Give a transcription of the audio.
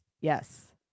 yes